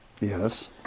Yes